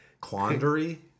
Quandary